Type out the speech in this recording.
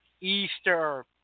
Easter